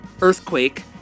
Earthquake